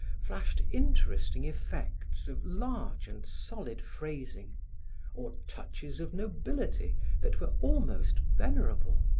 flashed interesting effects of large and solid phrasing or touches of nobility that were almost venerable.